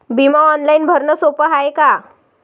बिमा ऑनलाईन भरनं सोप हाय का?